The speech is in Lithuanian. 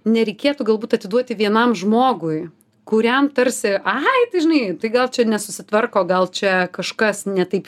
nereikėtų galbūt atiduoti vienam žmogui kuriam tarsi ai tai žinai tai gal čia nesusitvarko gal čia kažkas ne taip